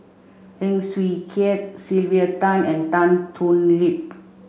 Heng Swee Keat Sylvia Tan and Tan Thoon Lip